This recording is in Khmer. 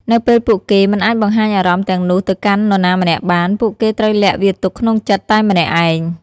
នៅពេលពួកគេមិនអាចបង្ហាញអារម្មណ៍ទាំងនោះទៅកាន់នរណាម្នាក់បាន ពួកគេត្រូវលាក់វាទុកក្នុងចិត្តតែម្នាក់ឯង។